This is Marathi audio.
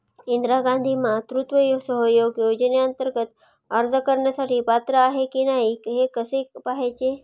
इंदिरा गांधी मातृत्व सहयोग योजनेअंतर्गत अर्ज करण्यासाठी पात्र आहे की नाही हे कसे पाहायचे?